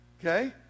okay